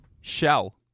Shell